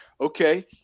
Okay